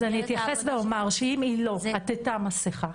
אני אתייחס ואומר שאם היא לא עטתה מסיכה,